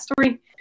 story